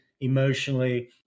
emotionally